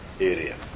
area